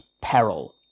peril